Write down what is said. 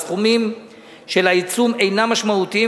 הסכומים של העיצום אינם משמעותיים,